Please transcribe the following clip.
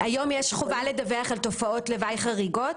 היום יש חובה לדווח על תופעות לוואי חריגות?